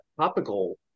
topical